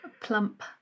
plump